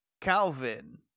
calvin